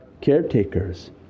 caretakers